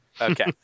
Okay